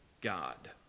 God